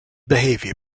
behaviour